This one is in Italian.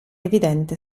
evidente